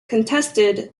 contested